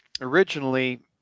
Originally